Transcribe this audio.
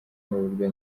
n’uburyo